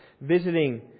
visiting